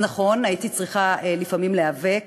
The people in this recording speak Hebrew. אז נכון, הייתי צריכה לפעמים להיאבק,